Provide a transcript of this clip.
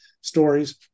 stories